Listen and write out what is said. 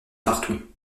partout